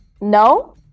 no